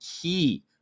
key